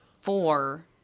four